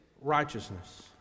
righteousness